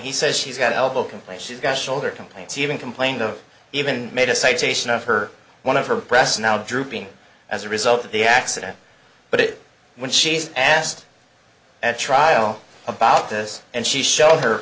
he says she's got an elbow complaint she's got shoulder complaints even complained of even made a citation of her one of her breasts now drooping as a result of the accident but it when she's asked at trial about this and she showed her